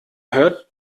hört